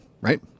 right